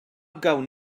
gawn